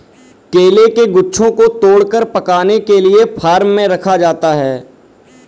केले के गुच्छों को तोड़कर पकाने के लिए फार्म में रखा जाता है